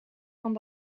van